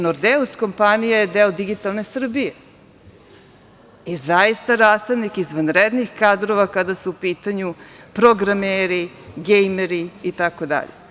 Nordeus“ kompanija je deo digitalne Srbije i zaista rasadnik izvanrednih kadrova kada su u pitanju programeri, gejmeri itd.